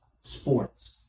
sports